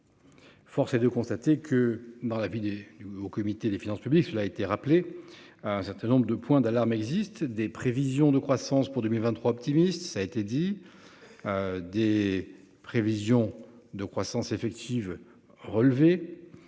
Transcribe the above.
Force est de constater que dans la ville et du au comité des finances publiques, cela a été rappelé à un certain nombre de points d'alarme existe des prévisions de croissance pour 2023. Optimiste, ça a été dit. Des prévisions de croissance effective. Relevé.